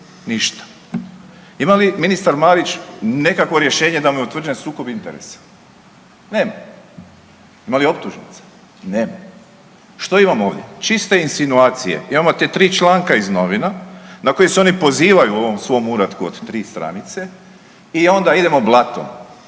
Ništa. Ima li ministar Marić nekakvo rješenje da mu je utvrđen sukob interesa? Nema. Ima li optužnice? Nema. Što imamo ovdje? Čiste insinuacije. Imamo ta 3 članka iz novina na koje se oni pozivaju u ovom svom uratku od 3 stranice i onda idemo blato,